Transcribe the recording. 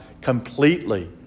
completely